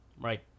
right